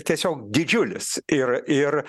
tiesiog didžiulis ir ir